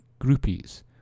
Groupies